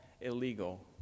illegal